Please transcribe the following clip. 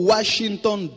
Washington